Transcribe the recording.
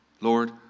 Lord